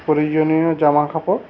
প্রয়োজনীয় জামা কাপড়